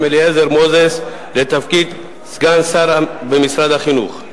אליעזר מוזס לתפקיד סגן שר במשרד החינוך.